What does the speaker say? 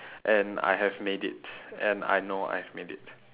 and I have made it and I know I've made it